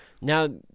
Now